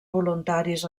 voluntaris